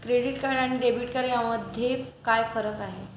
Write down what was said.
Credit card आणि debit card यामध्ये काय फरक आहे?